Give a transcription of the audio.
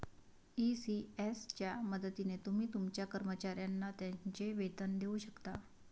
ECS च्या मदतीने तुम्ही तुमच्या कर्मचाऱ्यांना त्यांचे वेतन देऊ शकता